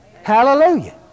Hallelujah